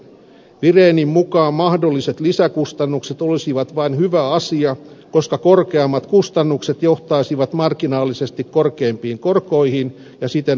virenin mukaan mahdolliset lisäkustannukset olisivat vain hyvä asia koska korkeammat kustannukset johtaisivat marginaalisesti korkeimpiin korkoihin ja siten alhaisempaan velkaantumiseen